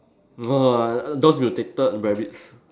no no uh those mutated rabbits